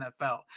nfl